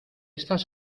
estás